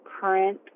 current